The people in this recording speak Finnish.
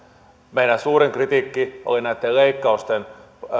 meidän suurin kritiikkimme oli näitten leikkausten